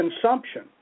consumption